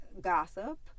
gossip